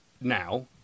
now